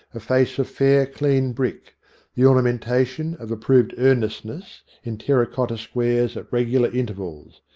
a face of fair, clean brick the ornamenta tion, of approved earnestness, in terra cotta squares at regular intervals.